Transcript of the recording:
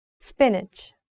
Spinach